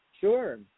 Sure